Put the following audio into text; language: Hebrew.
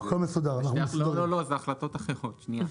אלה החלטות אחרות.